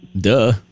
Duh